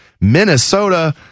Minnesota